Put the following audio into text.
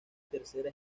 tercera